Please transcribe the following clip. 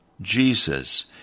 Jesus